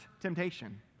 temptation